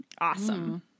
Awesome